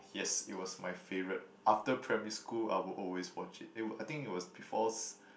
yes it was my favourite after primary school I would always watch it eh I think it was before si~